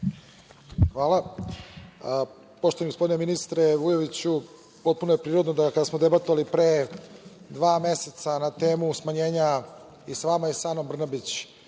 Hvala. Poštovani gospodine ministre Vujoviću, potpuno je prirodno kada smo debatovali pre dva meseca na temu smanjenja i sa vama i sa Anom Brnabić,